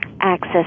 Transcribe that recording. access